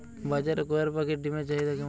বাজারে কয়ের পাখীর ডিমের চাহিদা কেমন?